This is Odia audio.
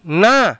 ନା